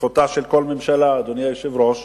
זכותה של כל ממשלה, אדוני היושב-ראש,